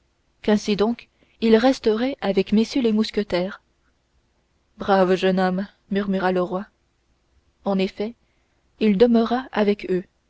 qu'ainsi donc il resterait avec messieurs les mousquetaires brave jeune homme murmura le roi en effet il demeura avec eux